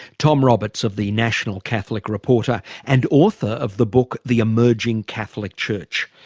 tom roberts of the national catholic reporter and author of the book the emerging catholic church.